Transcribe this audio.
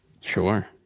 sure